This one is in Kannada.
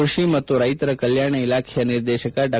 ಕೃಷಿ ಮತ್ತು ರೈತರ ಕಲ್ಕಾಣ ಇಲಾಖೆಯ ನಿರ್ದೇಶಕ ಡಾ